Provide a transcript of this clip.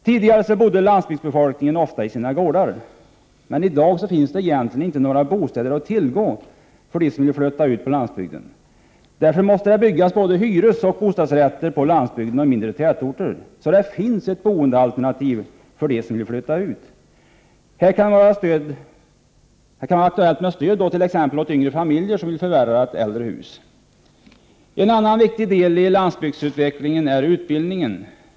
Tidigare bodde landsbygdsbefolkningen ofta i sina gårdar, men i dag finns det egentligen inte några bostäder att tillgå för dem som vill flytta ut på landsbygden. Därför måste det byggas både hyres= och bostadsrätter på landsbygden och i mindre tätorter, så att det finns boendealternativ för dem som vill flytta dit. Här kan det vara aktuellt med stöd åt t.ex. yngre familjer som vill förvärva ett äldre hus. En annan viktig del i landsbygdsutvecklingen är utbildningen.